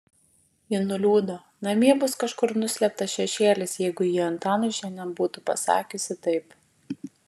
ji nuliūdo namie bus kažkur nuslėptas šešėlis jeigu ji antanui šiandien būtų pasakiusi taip